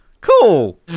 cool